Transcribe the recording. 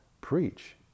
preach